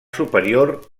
superior